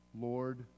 Lord